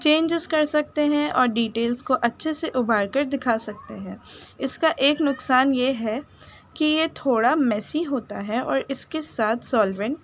changes کر سکتے ہیں اور ڈیٹیلس کو اچھے سے ابھار کر دکھا سکتے ہیں اس کا ایک نقصان یہ ہے کہ یہ تھوڑا میسی ہوتا ہے اور اس کے ساتھ سولونٹ